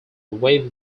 wave